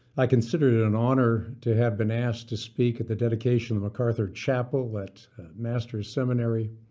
i considered it an honor to have been asked to speak at the dedication of macarthur chapel at masters seminary.